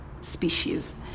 species